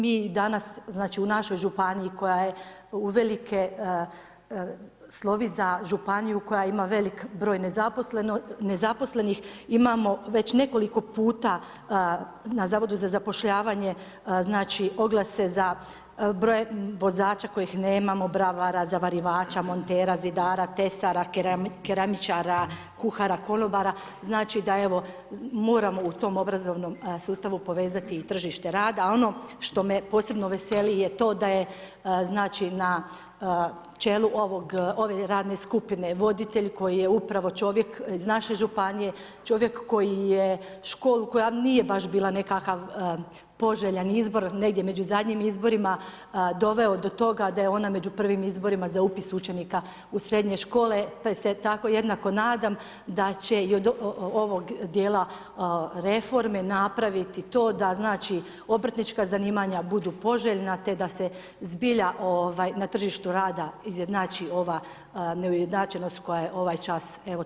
Mi danas u našoj županiji, koja je uvelike slovi za županiju koja ima velik broj nezaposlenih, imamo već nekoliko puta na Zavodu za zapošljavanje oglase za broj vozača kojih nemamo, bravara, zavarivača, montera, zidara, tesara, keramičara, kuhara, konobara, znači da moramo u tom obrazovnom sustavu povezati i tržište rada a ono što me posebno veseli je to da je na čelu ove radne skupine voditelj koji je upravo čovjek iz naše županije, čovjek koji je školu koja nije baš bila nekakav poželjan izbor, negdje među zadnjim izborima, doveo do toga da je ona među prvim izborima za upis učenika u srednje škole, te se tako jednako nadam da će do ovog djela reforme napraviti to da obrtnička zanimanja budu poželjna te da se zbilja na tržištu rada izjednači ova neujednačenost koja je ovaj čas takva kakva je.